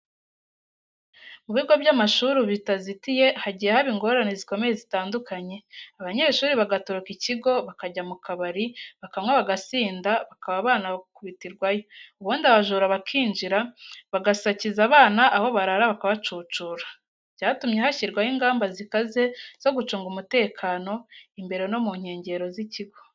Mu bigo by'amashuri bitazitiye hagiye haba ingorane zikomeye zitandukanye, abanyeshuri bagatoroka ikigo, bakajya mu kabari, bakanywa bagasinda, bakaba banakubitirwayo, ubundi abajura bakinjira, bagasakiza abana aho barara bakabacucura. Byatumye hashyirwaho ingamba zikaze zo gucunga umutekano, imbere no mu nkengero z'ikigo.